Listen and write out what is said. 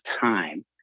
time